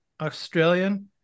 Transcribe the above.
australian